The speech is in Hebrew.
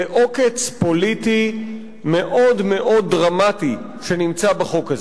לעוקץ פוליטי מאוד דרמטי שנמצא בחוק הזה.